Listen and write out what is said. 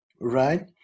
right